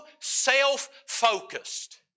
self-focused